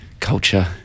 Culture